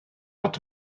fod